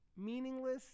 meaningless